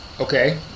Okay